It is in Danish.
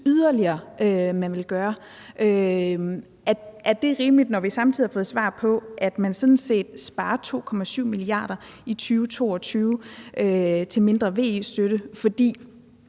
det eneste yderligere, man vil gøre? Og er det rimeligt, når vi samtidig har fået svar på, at man sådan set sparer 2,7 mia. kr. i 2022 ved at betale mindre VE-støtte,